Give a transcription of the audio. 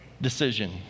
decision